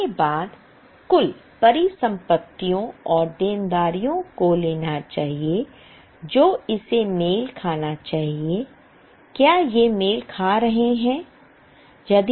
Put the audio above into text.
उसके बाद कुल परिसंपत्तियों और देनदारियों को लेना चाहिए जो इसे मेल खाना चाहिए क्या यह मेल खा रहा है